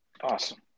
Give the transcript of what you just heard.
Awesome